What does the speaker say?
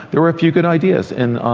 there were a few good ideas, in